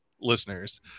listeners